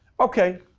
okay.